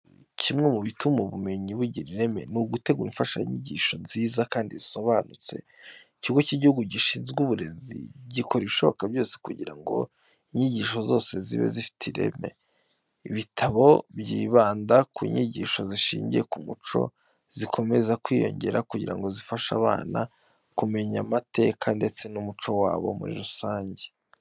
Kimwe mu bituma uburezi bugira ireme, ni ugutegura imfashanyigisho nziza kandi zisobanutse. Ikigo cy'Igihugu gishinzwe Uburezi, gikora ibishoboka byose kugira ngo inyigisho zose zibe zifite ireme. Ibitabo byibanda ku nyigisho zishingiye ku muco zikomeza kwiyongera kugira ngo zifashe abana kumenya amateka ndetse n'umuco wabo muri rusange.